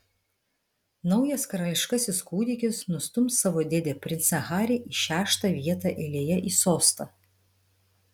naujas karališkasis kūdikis nustums savo dėdę princą harį į šeštą vietą eilėje į sostą